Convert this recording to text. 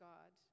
God